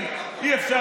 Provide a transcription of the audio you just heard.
לא היה אפשר